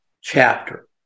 chapter